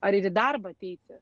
ar ir į darbą ateiti